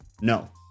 No